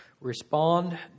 respond